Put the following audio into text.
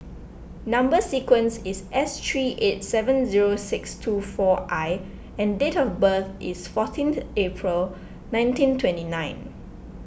Number Sequence is S three eight seven zero six two four I and date of birth is fourteenth April nineteen twenty nine